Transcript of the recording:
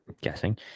guessing